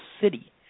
city